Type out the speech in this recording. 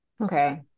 Okay